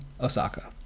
Osaka